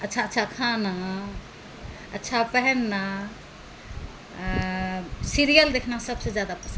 अच्छा अच्छा खाना अच्छा पहनना सीरिअल देखना सबसँ ज्यादा पसन्द छै